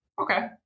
okay